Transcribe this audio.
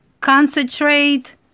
concentrate